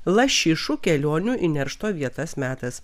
lašišų kelionių į neršto vietas metas